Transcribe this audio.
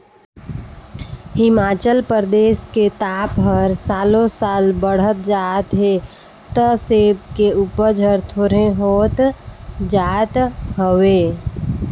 हिमाचल परदेस के ताप हर सालो साल बड़हत जात हे त सेब के उपज हर थोंरेह होत जात हवे